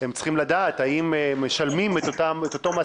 הם צריכים לדעת אם משלמים את אותו מס